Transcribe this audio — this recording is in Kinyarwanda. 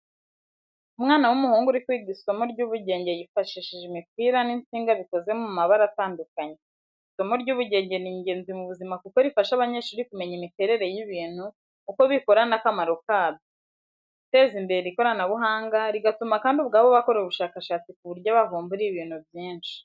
Umwana w'umuhungu uri kwiga isomo ry'ubugenge yifashishije imipira n'insinga bikoze mu mabara atandukanye. Isomo ry'ubugenge ni ingenzi mu buzima kuko rifasha abanyeshuri kumenya imiterere y’ibintu, uko bikora n'akamaro kabyo, guteza imbere ikoranabuhanga, rigatuma kandi ubwabo bakora ubushakashatsi ku buryo bavumbura ibintu byinshi.